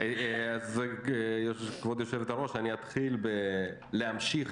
כבוד יושבת-הראש, אתחיל בלהמשיך